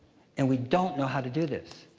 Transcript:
and we don't know how to do this.